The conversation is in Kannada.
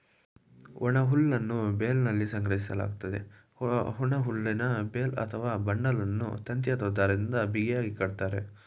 ಒಣಹುಲ್ಲನ್ನು ಬೇಲ್ನಲ್ಲಿ ಸಂಗ್ರಹಿಸಲಾಗ್ತದೆ, ಒಣಹುಲ್ಲಿನ ಬೇಲ್ ಅಥವಾ ಬಂಡಲನ್ನು ತಂತಿ ಅಥವಾ ದಾರದಿಂದ ಬಿಗಿಯಾಗಿ ಕಟ್ತರೆ